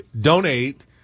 donate